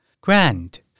Grand